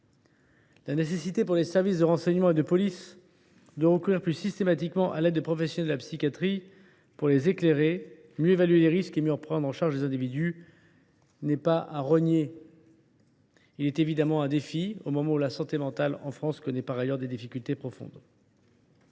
systématique des services de renseignement et de police à l’aide de professionnels de la psychiatrie pour les éclairer, mieux évaluer les risques et mieux en prendre en charge les individus en question. C’est évidemment un défi au moment où la santé mentale en France connaît par ailleurs des difficultés profondes.